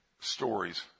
stories